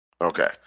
Okay